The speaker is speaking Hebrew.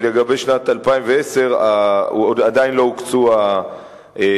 כי לגבי שנת 2010 עדיין לא הוקצו התקציבים,